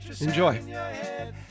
Enjoy